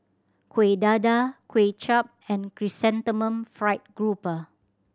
Kuih Dadar Kuay Chap and Chrysanthemum Fried Grouper